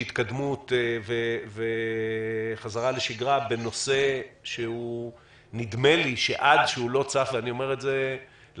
התקדמות וחזרה לשגרה בנושא שנדמה לי שעד שהוא לא צף מלמטה,